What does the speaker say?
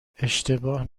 اشتباه